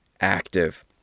active